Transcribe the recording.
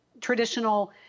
traditional